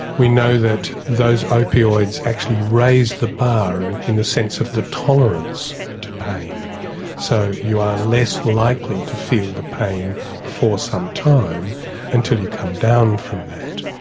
we know that those opioids actually raise the bar and in a sense of the tolerance to pain so you are less likely to feel the pain for some time until you come down from that.